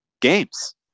games